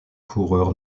coureur